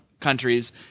countries